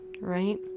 right